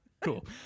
Cool